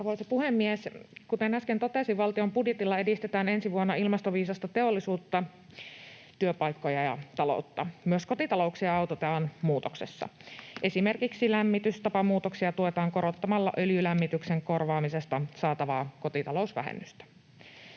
Arvoisa puhemies! Kuten äsken totesin, valtion budjetilla edistetään ensi vuonna ilmastoviisasta teollisuutta, -työpaikkoja ja -taloutta. Myös kotitalouksia autetaan muutoksessa. Esimerkiksi lämmitystapamuutoksia tuetaan korottamalla öljylämmityksen korvaamisesta saatavaa kotitalousvähennystä.